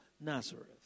Nazareth